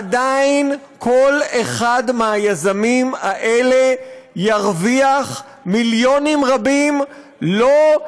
עדיין כל אחד מהיזמים האלה ירוויח מיליונים רבים לו,